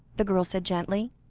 the girl said gently,